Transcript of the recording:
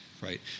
right